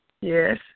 Yes